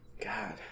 God